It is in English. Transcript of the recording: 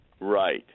Right